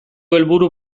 helburu